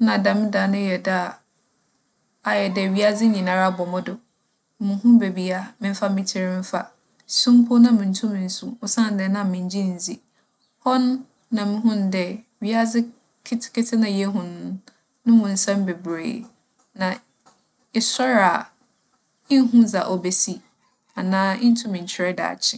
Nna dɛm da no yɛ da a, ayɛ dɛ wiadze nyina abͻ mo do. Munnhu beebi a memfa me tsir mfa. Su mpo nna munntum nnsu osiandɛ na menngye nndzi. Hͻ no na muhun dɛ wiadze ketseketse na yehu no, no mu nsɛm beberee. Na esoɛr a, innhu dza obesi anaa inntum nnkyerɛ daakye.